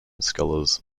scholars